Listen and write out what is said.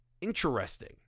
interesting